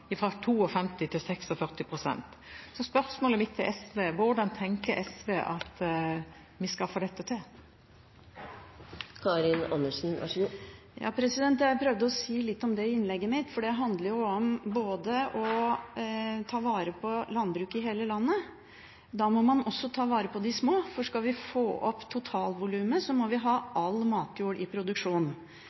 styret fra 2005 til 2013 gikk selvforsyningen fra 52 pst. til 46 pst. Så spørsmålet mitt til SV er: Hvordan tenker SV at vi skal få dette til? Jeg prøvde å si litt om det i innlegget mitt, for det handler om å ta vare på landbruket i hele landet. Da må man også ta vare på de små, for skal vi få opp totalvolumet, må vi ha all matjord i produksjon.